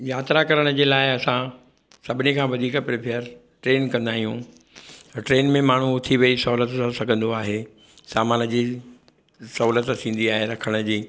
यात्रा करण जे लाइ असां सभिनी खां वधीक प्रिफेअर ट्रेन कंदा आहियूं ट्रेन में माण्हू उथी वही सहुलियत सां सघंदो आहे सामान जी सहुलियत थींदी आहे रखण जी